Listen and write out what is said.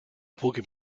pochi